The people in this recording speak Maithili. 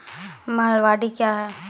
महलबाडी क्या हैं?